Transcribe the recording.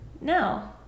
No